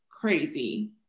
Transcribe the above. crazy